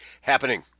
happening